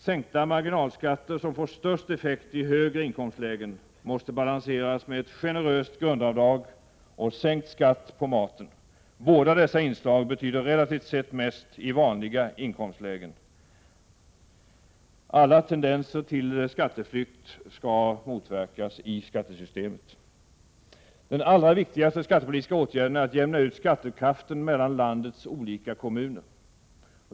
Sänkta marginalskatter som får störst effekt i högre inkomstlägen måste balanseras med ett generöst grundavdrag och sänkt skatt på maten. Båda dessa inslag betyder relativt sett mest i vanliga inkomstlägen. Alla tendenser till skatteflykt skall motverkas i skattesystemet. Den allra viktigaste skattepolitiska åtgärden är att jämna ut skattekraften mellan landets olika kommuner.